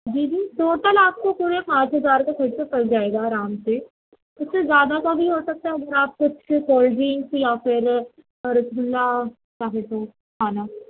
جی جی ٹوٹل آپ کو پورے پانچ ہزار کا خرچہ پڑ جائے گا آرام سے اُس سے زیادہ کا بھی ہو سکتا ہے اگر آپ کچھ کولڈ ڈرینکس یا پھر رَس گُلہ چاہیں تو کھانا